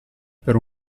per